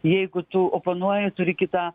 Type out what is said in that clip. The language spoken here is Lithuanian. jeigu tu oponuoji turi kitą